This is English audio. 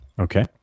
Okay